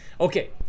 Okay